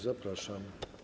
Zapraszam.